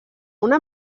una